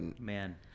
Man